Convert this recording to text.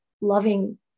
loving